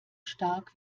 stark